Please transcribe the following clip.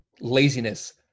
laziness